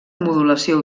modulació